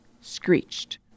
screeched